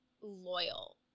loyal